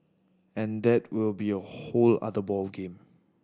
and that will be a whole other ball game